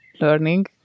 learning